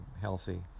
healthy